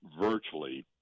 virtually